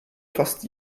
fast